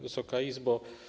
Wysoka Izbo!